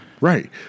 Right